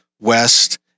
West